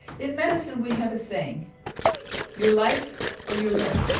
in medicine, we have a saying your life or your limb.